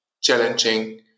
challenging